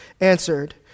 answered